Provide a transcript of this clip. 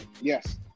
Yes